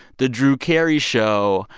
the drew carey show.